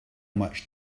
much